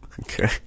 Okay